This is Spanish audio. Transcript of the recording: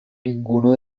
ninguno